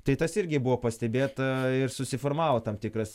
tai tas irgi buvo pastebėta ir susiformavo tam tikras